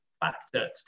factor